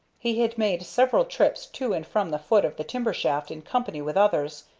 he had made several trips to and from the foot of the timber-shaft in company with others,